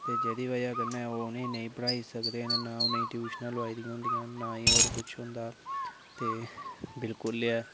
ते जेह्दी बजह कन्नै ओह् उ'नें ई नेईं पढ़ाई सकदे न ना उ'नें ट्यूशनां लोआई दियां होंदियां न ना ही होर कुछ होंदा ते बिलकुल एह् ऐ